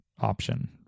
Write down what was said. option